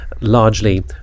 largely